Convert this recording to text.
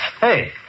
Hey